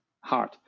hard